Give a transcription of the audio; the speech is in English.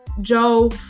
Joe